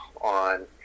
On